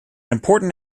important